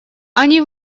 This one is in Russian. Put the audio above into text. они